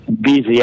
busy